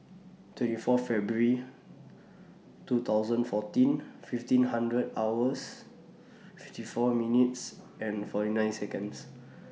twenty four February two thousand fourteen fifteen hundred hours fifty four minutes and forty nine Seconds